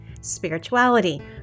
spirituality